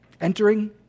entering